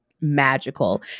magical